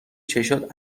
چشات